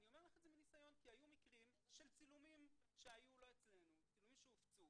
אני אומר זאת מניסיון המקרים של צילומים שהיו לא אצלנו והופצו,